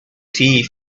thief